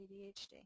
ADHD